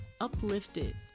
uplifted